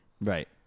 Right